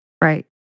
right